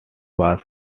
was